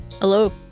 Hello